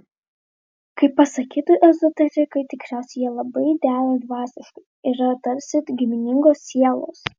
kaip pasakytų ezoterikai tikriausiai jie labai dera dvasiškai yra tarsi giminingos sielos